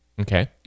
Okay